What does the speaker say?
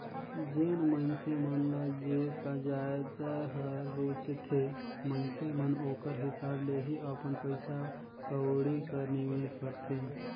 जेन मइनसे मन ल जे जाएत हर रूचथे मइनसे मन ओकर हिसाब ले ही अपन पइसा कउड़ी कर निवेस करथे